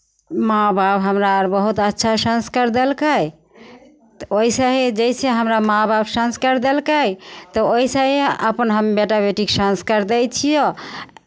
माँ बाप हमरा आओर बहुत अच्छा संस्कार देलकै तऽ ओइसे ही जैसे हमरा माँ बाप संस्कार देलकै तऽ ओइसे ही अपन हम बेटा बेटीकेँ संस्कार दै छियह